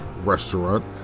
restaurant